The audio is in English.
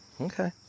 okay